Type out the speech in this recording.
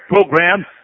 program